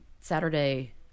Saturday